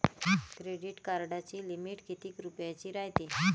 Credit कार्डाची limit कितीक रुपयाची रायते?